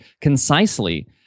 concisely